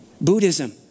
Buddhism